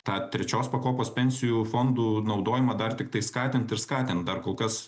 tą trečios pakopos pensijų fondų naudojimą dar tiktai skatint ir skatint dar kol kas